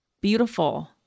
beautiful